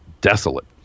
desolate